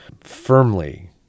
firmly